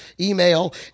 email